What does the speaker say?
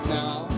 now